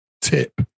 tip